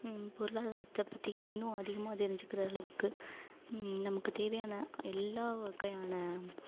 பொருளாதாரத்தை பற்றி இன்னும் அதிகமாக தெரிஞ்சுக்கிற அளவுக்கு நமக்குத் தேவையான எல்லா வகையான